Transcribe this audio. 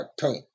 paint